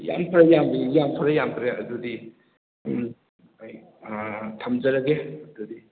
ꯌꯥꯝ ꯐꯔꯦ ꯌꯥꯝ ꯐꯔꯦ ꯌꯥꯝ ꯐꯔꯦ ꯑꯗꯨꯗꯤ ꯎꯝ ꯑꯩ ꯊꯝꯖꯔꯒꯦ